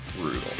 brutal